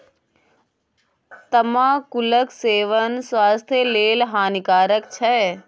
तमाकुलक सेवन स्वास्थ्य लेल हानिकारक छै